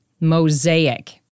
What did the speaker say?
Mosaic